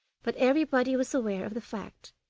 but everybody was aware of the fact,